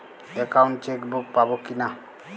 Account chequebook পাবো কি না?